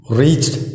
reached